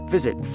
visit